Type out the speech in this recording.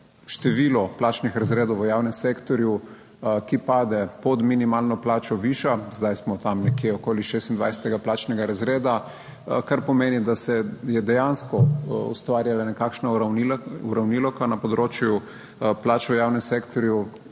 število plačnih razredov v javnem sektorju, ki padejo pod minimalno plačo, viša, zdaj smo tam nekje okoli 26. plačnega razreda, kar pomeni, da se je dejansko ustvarjala nekakšna uravnilovka na področju plač v javnem sektorju,